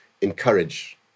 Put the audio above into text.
encourage